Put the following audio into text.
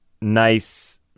nice